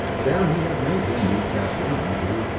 there he had made him meet kathleen who,